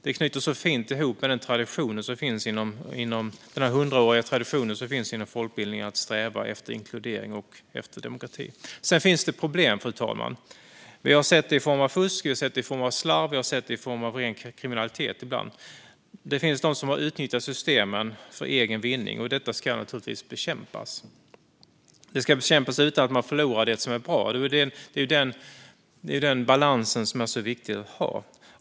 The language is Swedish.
Detta knyter så fint ihop den hundraåriga tradition som finns inom folkbildningen att sträva efter inkludering och demokrati. Det finns dock också problem, fru talman. Vi har sett det i form av fusk, slarv och ibland ren kriminalitet. Det finns människor som har utnyttjat systemen för egen vinning, och detta ska naturligtvis bekämpas. Det ska bekämpas utan att man förlorar det som är bra. Det är den balans som är så viktig att ha.